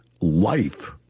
life